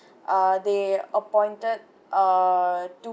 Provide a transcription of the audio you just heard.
uh they appointed uh two